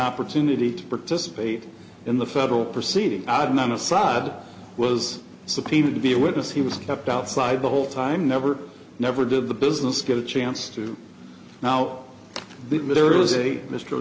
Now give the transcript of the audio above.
opportunity to participate in the federal proceeding out of nine aside was subpoenaed to be a witness he was kept outside the whole time never never did the business get a chance to now m